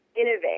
innovate